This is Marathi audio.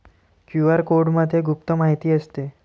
क्यू.आर कोडमध्ये गुप्त माहिती असते